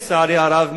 לצערי הרב,